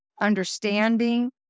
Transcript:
understanding